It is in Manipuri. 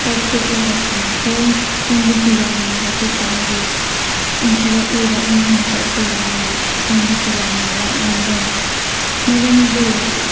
ꯂꯧꯊꯣꯛꯂꯒ ꯊꯝꯈ꯭ꯔꯦ ꯈꯪꯕꯁꯨ ꯌꯥꯝꯅ ꯍꯧꯖꯤꯛꯀꯥꯟꯒꯤ ꯏꯟꯈꯠꯂꯛꯂꯤꯕ ꯑꯉꯥꯡ ꯃꯈꯩꯁꯦ ꯌꯥꯝꯅ ꯈꯪꯕꯁꯨ ꯌꯥꯝꯅ ꯋꯥꯠꯂꯝꯃꯦ ꯃꯔꯝꯗꯤ